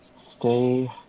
stay